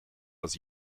das